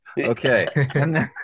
Okay